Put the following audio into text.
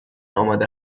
آماده